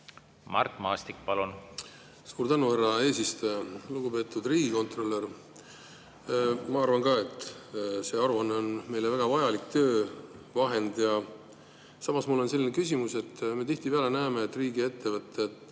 Mart Maastik, palun! Suur tänu, härra eesistuja! Lugupeetud riigikontrolör! Ma arvan ka, et see aruanne on meile väga vajalik töövahend. Samas, mul on küsimus. Me tihtipeale näeme, et riigiettevõtteid,